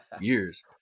years